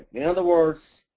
in other words,